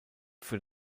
für